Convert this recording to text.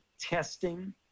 testing